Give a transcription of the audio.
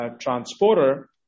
transporter